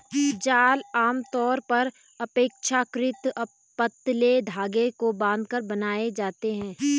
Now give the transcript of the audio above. जाल आमतौर पर अपेक्षाकृत पतले धागे को बांधकर बनाए जाते हैं